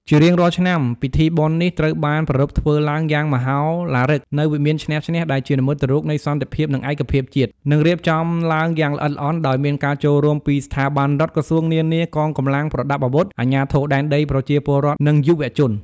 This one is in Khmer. ជារៀងរាល់ឆ្នាំ ពិធីបុណ្យនេះត្រូវបានប្រារព្ធធ្វើឡើងយ៉ាងមហោឡារិកនៅ វិមានឈ្នះ-ឈ្នះ ដែលជានិមិត្តរូបនៃសន្តិភាព នឹងឯកភាពជាតិ និងរៀបចំឡើងយ៉ាងល្អិតល្អន់ ដោយមានការចូលរួមពីស្ថាប័នរដ្ឋ ក្រសួងនានា កងកម្លាំងប្រដាប់អាវុធ អាជ្ញាធរដែនដី ប្រជាពលរដ្ឋ និងយុវជន។